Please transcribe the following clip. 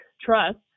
trust